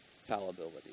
fallibility